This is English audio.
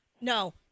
no